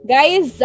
Guys